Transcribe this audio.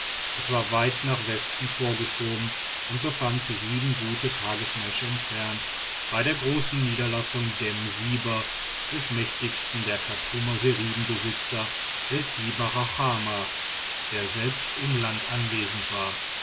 es war weit nach westen vorgeschoben und befand sich sieben gute tagemärsche entfernt bei der großen niederlassung dem siber des mächtigsten der chartumer seribenbesitzer des siber rachama der selbst im land anwesend war